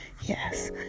Yes